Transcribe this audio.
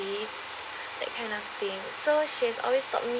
that kind of thing so she has always taught me